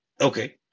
Okay